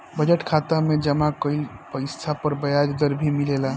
budget खाता में जमा कइल पइसा पर ब्याज दर भी मिलेला